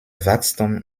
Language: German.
wachstum